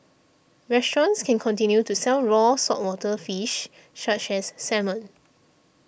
restaurants can continue to sell raw saltwater fish such as salmon